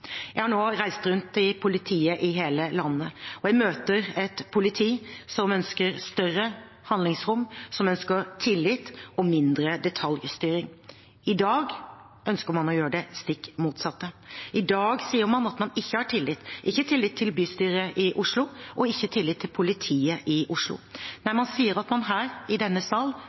Jeg har nå reist rundt til politiet i hele landet, og jeg møter et politi som ønsker større handlingsrom, som ønsker tillit og mindre detaljstyring. I dag ønsker man å gjøre det stikk motsatte. I dag sier man at man ikke har tillit, ikke tillit til bystyret i Oslo og ikke tillit til politiet i Oslo, når man sier at man her i denne sal